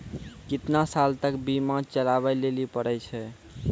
केतना साल तक बीमा चलाबै लेली पड़ै छै?